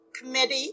Committee